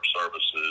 services